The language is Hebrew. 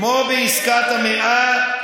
כמו בעסקת המאה,